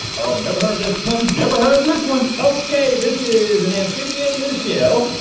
oh. never heard this one. never heard this one! okay, this is an amphibian with a shell.